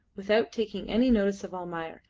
without taking any notice of almayer.